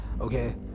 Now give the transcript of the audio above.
Okay